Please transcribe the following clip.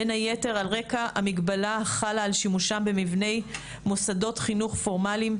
בין היתר על רקע המגבלה החלה על שימושן במבני מוסדות חינוך פורמליים,